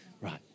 Right